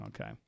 Okay